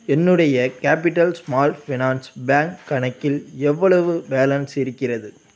என்னுடைய capital small finance bank கணக்கில் எவ்வளவு பேலன்ஸ் இருக்கிறது